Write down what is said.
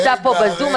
נמצא בזום,